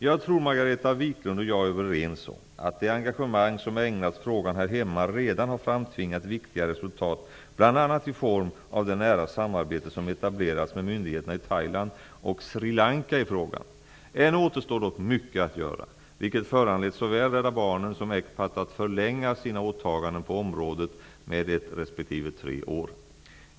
Jag tror Margareta Viklund och jag är överens om att det engagemang som ägnats frågan här hemma redan har framtvingat viktiga resultat bl.a. i form av det nära samarbete som etablerats med myndigheterna i Thailand och Sri Lanka i frågan. Ännu återstår dock mycket att göra, vilket föranlett såväl Rädda Barnen som ECPAT att förlänga sina åtaganden på området med ett respektive tre år.